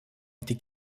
été